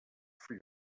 for